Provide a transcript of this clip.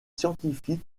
scientifiques